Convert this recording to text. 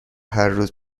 هرروز